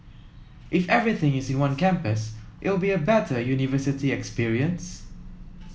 if everything is in one campus it'll be a better university experience